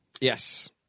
Yes